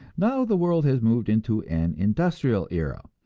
now the world has moved into an industrial era,